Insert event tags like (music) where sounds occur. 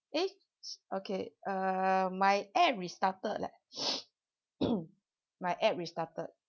eh okay uh my app restarted leh (breath) (coughs) my app restarted